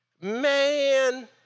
Man